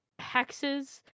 hexes